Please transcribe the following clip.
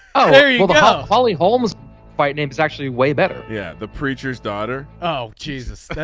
oh holly homes fight name is actually way better. yeah. the preacher's daughter. oh jesus. that's